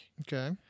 Okay